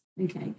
Okay